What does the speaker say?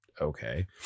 okay